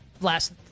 Last